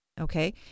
Okay